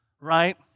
right